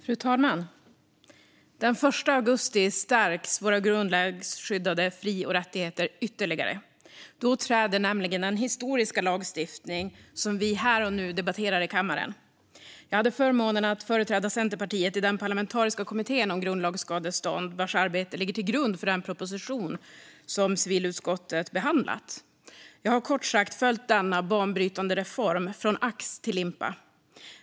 Fru talman! Den 1 augusti stärks våra grundlagsskyddade fri och rättigheter ytterligare. Då träder nämligen den historiska lagstiftning i kraft som vi här och nu debatterar i kammaren. Jag hade förmånen att företräda Centerpartiet i den parlamentariska kommittén om grundlagsskadestånd, vars arbete ligger till den grund för den proposition som civilutskottet har behandlat. Jag har kort sagt följt denna banbrytande reform från ax till limpa.